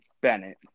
Bennett